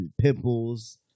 pimples